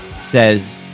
says